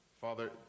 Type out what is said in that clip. father